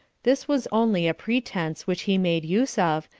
this was only a pretense which he made use of,